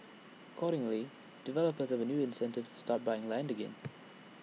accordingly developers have A new incentive to start buying land again